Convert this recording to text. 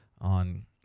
on